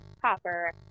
copper